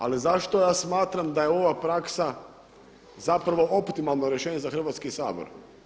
Ali zašto ja smatram da je ova praksa zapravo optimalno rješenje za Hrvatski sabor?